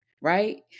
Right